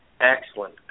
Excellent